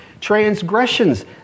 transgressions